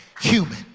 human